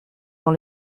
dans